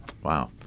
Wow